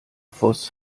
voß